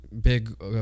big